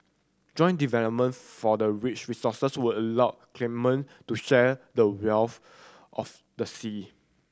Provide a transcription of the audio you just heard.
joint development for the rich resources would allow claimant to share the wealth of the sea